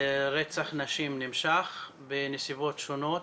רצח נשים נמשך בנסיבות שונות